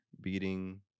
Beating